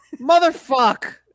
Motherfuck